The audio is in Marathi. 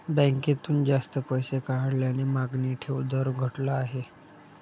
बँकेतून जास्त पैसे काढल्याने मागणी ठेव दर घटला आहे